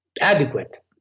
adequate